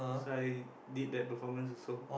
so I did that performance also